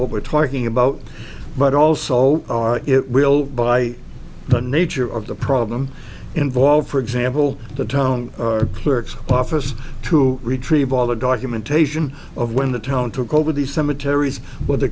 what we're talking about but also it will by the nature of the problem involve for example the town clerk's office to retrieve all the documentation of when the town took over the cemeteries but the